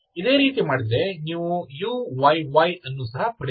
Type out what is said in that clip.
ಇದೇ ರೀತಿ ಮಾಡಿದರೆ ನೀವು uyy ಅನ್ನು ಸಹ ಪಡೆಯಬಹುದು